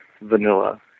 vanilla